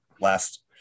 last